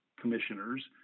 Commissioners